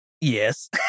Yes